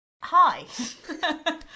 Hi